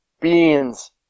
beans